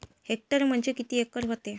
Hectare म्हणजे किती acre व्हते?